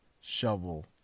shovel